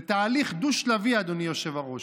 זה תהליך דו-שלבי, אדוני היושב-ראש: